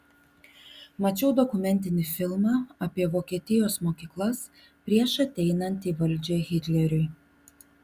mačiau dokumentinį filmą apie vokietijos mokyklas prieš ateinant į valdžią hitleriui